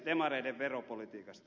demareiden veropolitiikasta